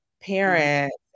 parents